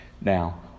Now